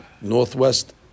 northwest